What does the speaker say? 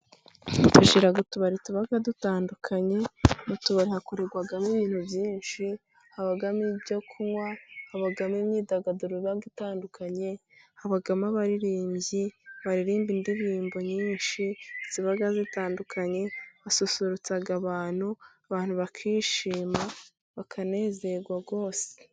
Tugira utubari tuba dutandukanye. Mu tubari hakorerwamo ibintu byinshi: Habamo ibyo kunywa, habamo imyidagaduro iba itandukanye, habamo abaririmbyi baririmba indirimbo nyinshi ziba zitandukanye. Zisusurutsa abantu, abantu bakishima bakanezerwa rwose.